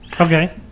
Okay